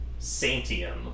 Saintium